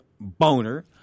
Boner